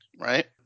right